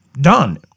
done